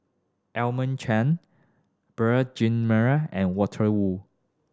Edmund Chen Beurel Jean Marie and Walter Woon